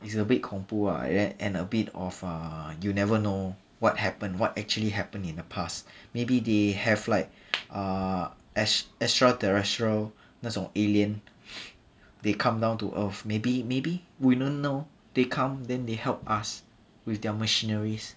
is a bit 恐怖 ah like that and a bit of err you'll never know what happened what actually happened in the past maybe they have like uh extra terrestrial 那种 alien they come down to earth maybe maybe we don't know they come then they help us with their machineries